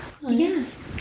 Yes